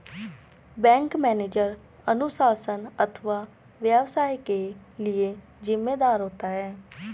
bank manager अनुशासन अथवा व्यवसाय के लिए जिम्मेदार होता है